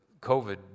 COVID